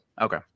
Okay